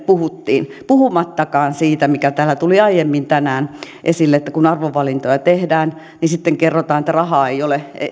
puhuttiin puhumattakaan siitä mikä täällä tuli aiemmin tänään esille että kun arvovalintoja tehdään niin sitten kerrotaan että rahaa ei ole